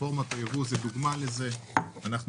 רפורמת הייבוא היא דוגמה לזה שאנחנו